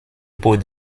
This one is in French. pot